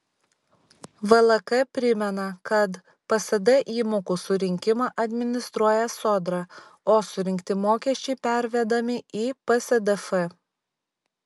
vlk primena kad psd įmokų surinkimą administruoja sodra o surinkti mokesčiai pervedami į psdf